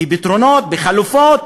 בפתרונות, בחלופות,